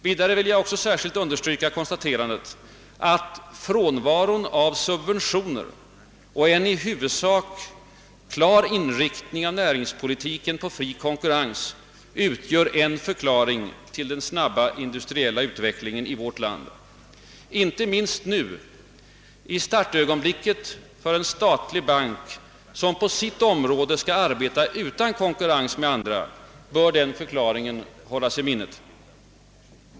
Vidare vill jag särskilt understryka konstaterandet att frånvaron av subventioner och en i huvudsak klar inriktning av näringspolitiken på fri konkurrens utgör en förklaring till den snabba industriella utvecklingen i vårt land. Inte minst nu, i startögonblicket för den statliga banken, som på sitt område skall arbeta utan konkurrens med andra, bör den förklaringen hållas i minnet.